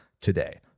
today